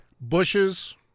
Bushes